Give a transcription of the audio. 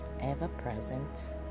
Ever-Present